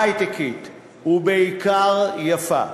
היי-טקית, ובעיקר יפה.